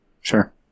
Sure